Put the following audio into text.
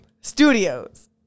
studios